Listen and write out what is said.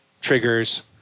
triggers